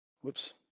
Whoops